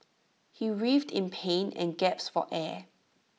he writhed in pain and gasped for air